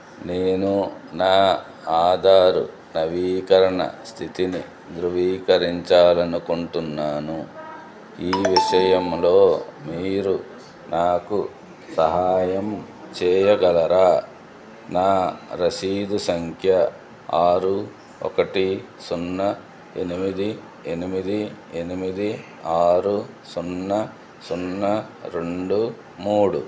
నేను నా ఆధారు నవీకరణ స్థితిని ధృవీకరించాలి అనుకుంటున్నాను ఈ విషయంలో మీరు నాకు సహాయం చేయగలరా నా రసీదు సంఖ్య ఆరు ఒకటి సున్నా ఎనిమిది ఎనిమిది ఎనిమిది ఆరు సున్నా సున్నా రెండు మూడు